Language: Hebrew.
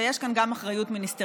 ויש כאן גם אחריות מיניסטריאלית.